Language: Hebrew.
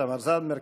תמר זנדברג,